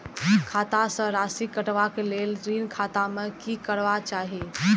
खाता स राशि कटवा कै लेल ऋण खाता में की करवा चाही?